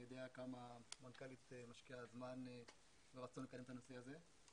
אני יודע כמה המנכ"לית משקיעה זמן ורצון לקדם את הנושא הזה.